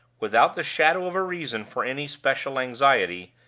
without the shadow of a reason for any special anxiety,